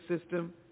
system